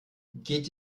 geht